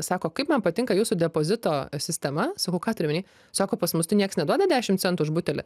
sako kaip man patinka jūsų depozito sistema sakau ką priminei sako pas mus tai nieks neduoda dešim centų už butelį